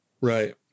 Right